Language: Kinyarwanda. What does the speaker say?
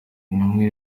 bamwe